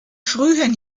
frühen